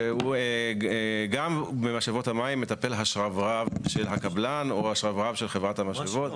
וגם במשאבות המים מטפל השרברב של הקבלן או של חברת המשאבות,